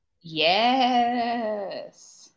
yes